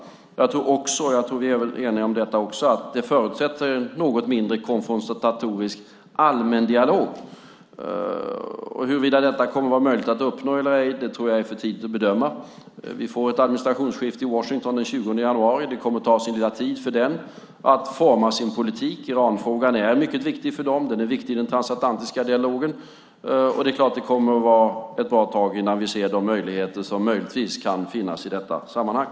Jag tror också att vi är eniga om att det förutsätter en något mindre konfrontatorisk allmändialog. Huruvida detta kommer att vara möjligt att uppnå eller ej tror jag är för tidigt att bedöma. Vi får ett administrationsskifte i Washington den 20 januari. Det kommer att ta sin lilla tid för den att forma sin politik. Iranfrågan är mycket viktig för den och i den transatlantiska dialogen. Det kommer att ta ett bra tag innan vi ser de möjligheter som möjligtvis kan finnas i detta sammanhang.